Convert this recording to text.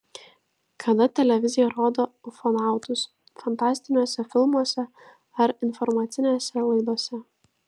kada televizija rodo ufonautus fantastiniuose filmuose ar informacinėse laidose